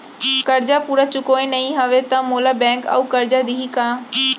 करजा पूरा चुकोय नई हव त मोला बैंक अऊ करजा दिही का?